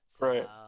Right